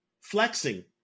flexing